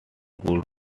good